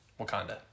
Wakanda